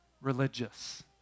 religious